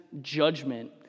judgment